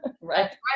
Right